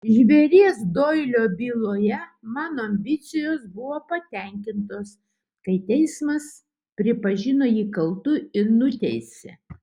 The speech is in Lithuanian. žvėries doilio byloje mano ambicijos buvo patenkintos kai teismas pripažino jį kaltu ir nuteisė